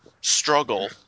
struggle